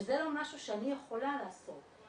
שזה לא משהו שאני יכולה לעשות.